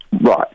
Right